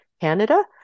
Canada